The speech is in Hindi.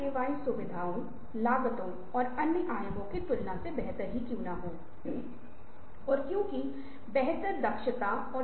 यह विफल हो सकता है लेकिन तब आपको वह मौका लेना होगा और ज्यादातर मामलों में अगर यह अच्छी तरह से सोचा जाए तो यह आमतौर पर सफल होता है